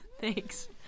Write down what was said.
Thanks